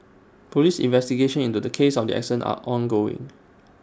Police investigations into the cause of the accident are ongoing